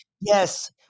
Yes